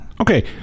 Okay